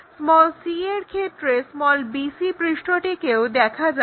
c এর ক্ষেত্রে bc পৃষ্ঠটিকেও দেখা যাবে